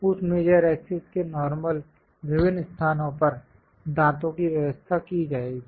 उस major access के normal विभिन्न स्थानों पर दांतों की व्यवस्था की जाएगी